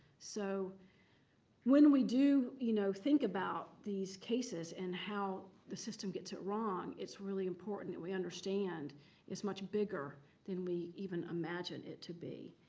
so when we do you know think about these cases and how the system gets it wrong, it's really important that we understand it's much bigger than we even imagined it to be.